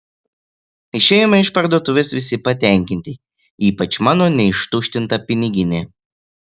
išėjome iš parduotuvės visi patenkinti ypač mano neištuštinta piniginė